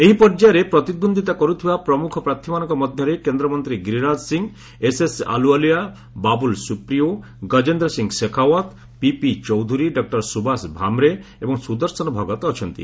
ଏହି ପର୍ଯ୍ୟାୟରେ ପ୍ରତିଦ୍ୱନ୍ଦିତା କରୁଥିବା ପ୍ରମୁଖ ପ୍ରାର୍ଥୀମାନଙ୍କ ମଧ୍ୟରେ କେନ୍ଦ୍ରମନ୍ତ୍ରୀ Giriraj Singh S S Ahluwalia Babul Supriyo Gajendra Singh Shekhawat P P Chaudhary doctor ସୁବାସ ଭାମ୍ରେ ଏବଂ ସୁଦର୍ଶନ ଭଗତ୍ ଅଛନ୍ତି